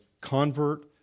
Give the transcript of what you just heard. convert